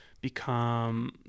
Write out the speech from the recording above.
become